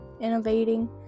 innovating